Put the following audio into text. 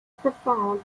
profound